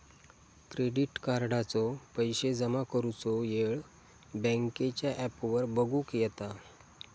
credit कार्डाचो पैशे जमा करुचो येळ बँकेच्या ॲपवर बगुक येता